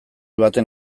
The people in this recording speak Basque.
baten